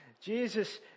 Jesus